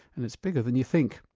and it's bigger than you think.